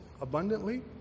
abundantly